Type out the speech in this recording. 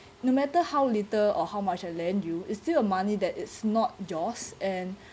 no matter how little or how much I lent you it still a money that it's not yours and